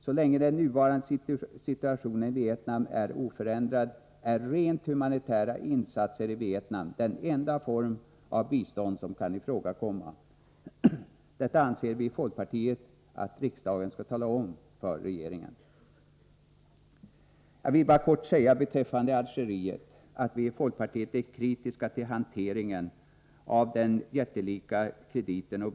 Så länge den nuvarande situationen i Vietnam är oförändrad, är rent humanitära insatser i Vietnam den enda form av bistånd som kan ifrågakomma. Detta anser vi i folkpartiet att riksdagen skall tala om för regeringen. Beträffande Algeriet vill jag kort säga att vi i folkpartiet är kritiska till hanteringen av den jättelika krediten.